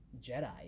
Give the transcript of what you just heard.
Jedi